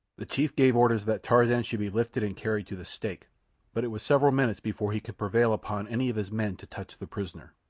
the chief gave orders that tarzan should be lifted and carried to the stake but it was several minutes before he could prevail upon any of his men to touch the prisoner.